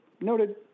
noted